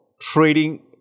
trading